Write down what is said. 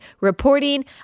reporting